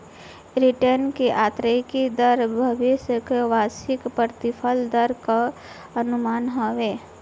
return की आतंरिक दर भविष्य के वार्षिक प्रतिफल दर कअ अनुमान हवे